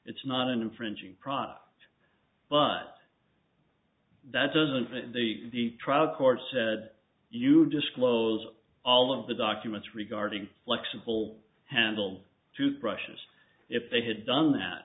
it's not an infringing product but that doesn't fit the trial court said you disclose all of the documents regarding flexible handle toothbrushes if they had done that